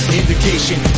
indication